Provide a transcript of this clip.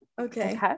Okay